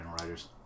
Riders